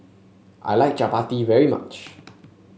I like Chapati very much